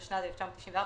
התשנ"ד-1994,